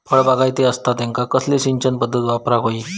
फळबागायती असता त्यांका कसली सिंचन पदधत वापराक होई?